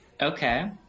Okay